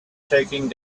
taking